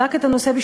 שהוא